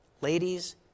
Ladies